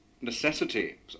necessity